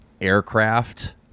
aircraft